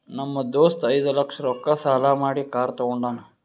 ನಮ್ ದೋಸ್ತ ಐಯ್ದ ಲಕ್ಷ ರೊಕ್ಕಾ ಸಾಲಾ ಮಾಡಿ ಕಾರ್ ತಗೊಂಡಾನ್